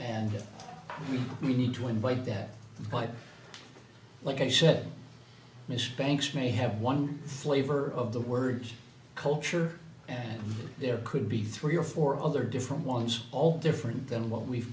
and we need to invite that but like i said mr banks may have one flavor of the word culture and there could be three or four other different ones all different than what we've